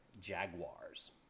jaguars